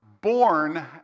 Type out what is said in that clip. born